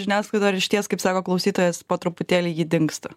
žiniasklaidoj ar išties kaip sako klausytojas po truputėlį ji dingsta